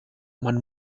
man